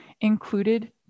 included